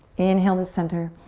inhale to center.